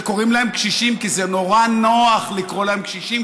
שקוראים להם קשישים כי זה נורא נוח לקרוא להם קשישים,